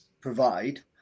provide